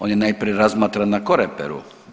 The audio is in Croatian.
On je najprije razmatran na koreperu.